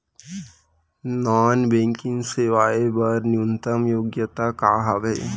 Non banking सेवाएं बर न्यूनतम योग्यता का हावे?